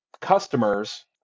customers